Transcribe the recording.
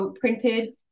printed